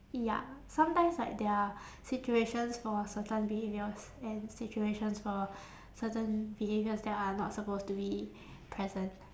ya sometimes like there are situations for certain behaviours and situations for certain behaviours that are not supposed to be present